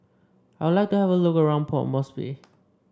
I would like to have a look around Port Moresby